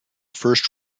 first